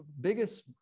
biggest